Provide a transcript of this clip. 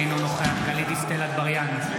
אינו נוכח גלית דיסטל אטבריאן,